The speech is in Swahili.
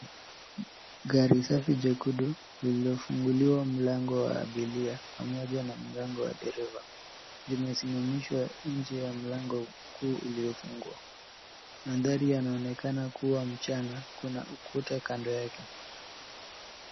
Gari safi jekundu lililofunguliwa mlango wa abiria pamoja na mlango wa dereva limesimamishwa nje ya mlango kuu iliyofungwa. Mandhari yanaonekana kuwa mchana. Kuna ukuta kando yake.